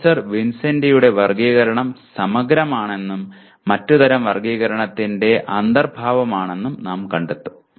professor വിൻസെന്റിയുടെ വർഗ്ഗീകരണം സമഗ്രമാണെന്നും മറ്റ് തരം വർഗ്ഗീകരണത്തിന്റെ അന്തർഭാവമാണെന്നും നാം കണ്ടെത്തും